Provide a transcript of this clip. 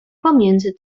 pomiędzy